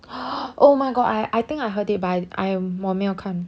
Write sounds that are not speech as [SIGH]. [BREATH] oh my god I I think I heard but I I 我没有看